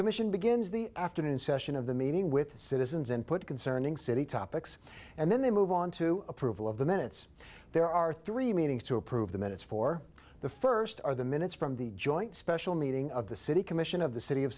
commission begins the afternoon session of the meeting with citizens input concerning city topics and then they move on to approval of the minutes there are three meetings to approve the minutes for the first are the minutes from the joint special meeting of the city commission of the city of